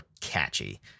catchy